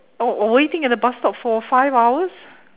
oh well waiting at the bus stop for five hours